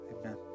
Amen